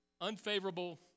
unfavorable